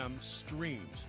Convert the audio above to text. Streams